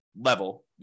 level